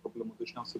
problema dažniausiai